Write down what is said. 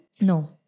No